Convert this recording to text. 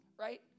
Right